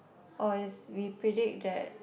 or is we predict that